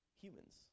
humans